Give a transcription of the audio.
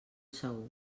segur